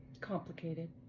complicated